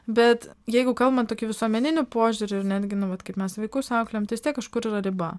bet jeigu kalbam tokiu visuomeniniu požiūriu netgi na vat kaip mes vaikus auklėjam tai vistiek kažkur yra riba